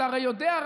אתה הרי יודע,